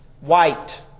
White